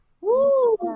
Woo